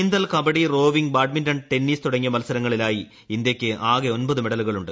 നീന്തൽ kabaddi rowing badminton tennis തുടങ്ങിയ മത്സരങ്ങളിലായി ഇന്ത്യയ്ക്ക് ആകെ ഒമ്പതു മെഡലുകളുണ്ട്